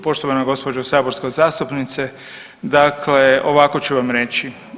Poštovan gđo. saborska zastupnice, dakle ovako ću vam reći.